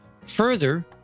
Further